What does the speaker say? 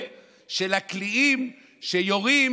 תועה של הקליעים שיורים